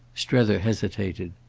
strether hesitated.